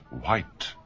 white